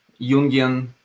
Jungian